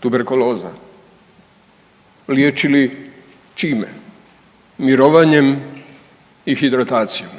tuberkuloza liječili čime, mirovanjem i hidratacijom